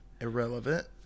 Irrelevant